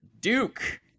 Duke